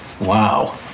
Wow